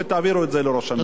ותעבירו את זה לראש הממשלה.